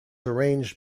arranged